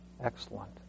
excellent